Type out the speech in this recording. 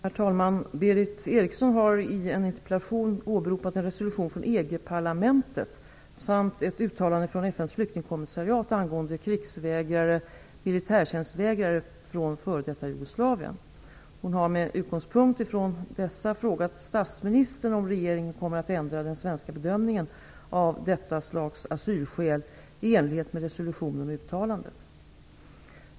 Herr talman! Berith Eriksson har i en interpellation åberopat en resolution från EG-parlamentet samt ett uttalande från FN:s flyktingkommissariat angående krigsvägrare/militärtjänstvägrare från f.d. Jugoslavien. Hon har med utgångspunkt från dessa frågat statsministern om regeringen kommer att ändra den svenska bedömningen av detta slags asylskäl i enlighet med resolutionen och uttalandet.